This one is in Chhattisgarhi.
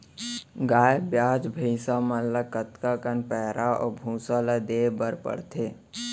गाय ब्याज भैसा मन ल कतका कन पैरा अऊ भूसा ल देये बर पढ़थे?